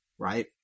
Right